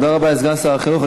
תודה רבה לסגן שר החינוך.